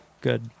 Good